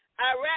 Iraq